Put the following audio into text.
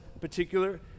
particular